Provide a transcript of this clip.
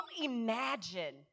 imagine